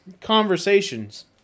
conversations